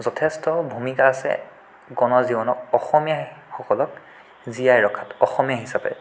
যথেষ্ট ভূমিকা আছে গণ জীৱনক অসমীয়াসকলক জীয়াই ৰখাত অসমীয়া হিচাপে